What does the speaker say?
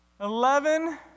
Eleven